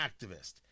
activist